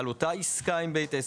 על אותה עסקה עם בית עסק,